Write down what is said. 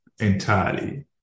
entirely